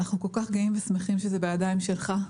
אנחנו כל כך גאים ושמחים שזה בידיים שלך.